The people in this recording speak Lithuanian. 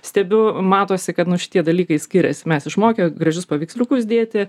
stebiu matosi kad nu šitie dalykai skiriasi mes išmokę gražius paveiksliukus dėti